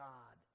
God